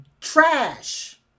Trash